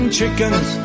chickens